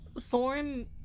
Thorn